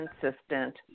consistent